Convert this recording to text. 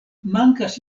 mankas